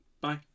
Bye